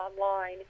online